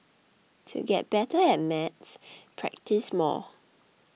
to get better at maths practise more